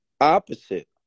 opposite